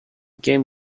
game